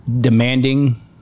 demanding